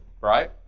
Right